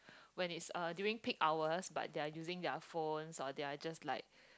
when it's uh during peak hours but they are using their phones or they are just like